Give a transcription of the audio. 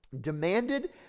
demanded